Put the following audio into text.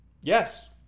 Yes